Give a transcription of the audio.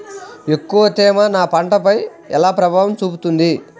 ఎక్కువ తేమ నా మిరప పంటపై ఎలా ప్రభావం చూపుతుంది?